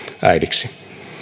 äidiksi